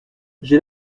j’ai